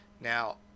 now